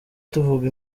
tuvuga